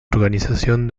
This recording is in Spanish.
organización